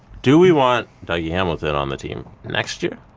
do we want dougie hamilton on the team next year?